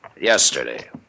yesterday